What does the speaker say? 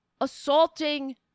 assaulting